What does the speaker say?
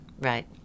Right